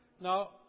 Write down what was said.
Now